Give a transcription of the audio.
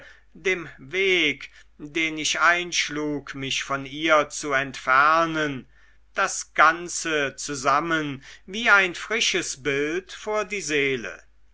dem weg den ich einschlug mich von ihr zu entfernen das ganze zusammen wie ein frisches bild vor die seele